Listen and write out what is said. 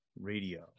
Radio